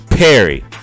Perry